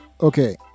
Okay